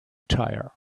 tire